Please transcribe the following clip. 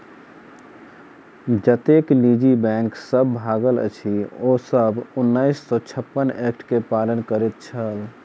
जतेक निजी बैंक सब भागल अछि, ओ सब उन्नैस सौ छप्पन एक्ट के पालन करैत छल